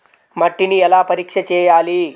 మట్టిని ఎలా పరీక్ష చేయాలి?